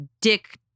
dick